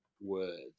words